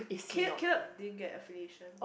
didn't get affiliation